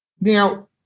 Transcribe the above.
Now